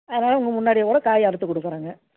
அதனால உங்கள் முன்னாடியே கூட காய் அறுத்து கொடுக்குறேங்க